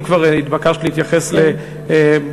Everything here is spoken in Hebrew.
אם כבר התבקשת להתייחס לחיות,